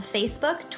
Facebook